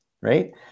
Right